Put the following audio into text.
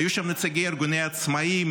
היו שם נציגי ארגוני העצמאים,